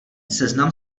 seznam